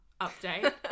update